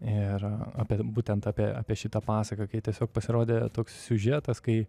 ir apie būtent apie apie šitą pasaką kai tiesiog pasirodė toks siužetas kai